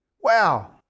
Wow